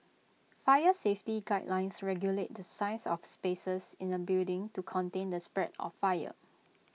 fire safety guidelines regulate the size of spaces in A building to contain the spread of fire